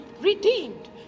redeemed